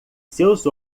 seus